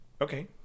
Okay